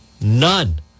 none